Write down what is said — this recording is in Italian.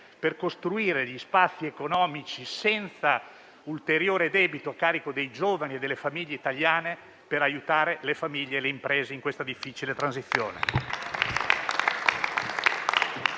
per costruire gli spazi economici senza ulteriore debito a carico dei giovani e delle famiglie italiane e per aiutare le famiglie e le imprese in questa difficile transizione.